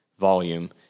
volume